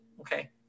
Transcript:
okay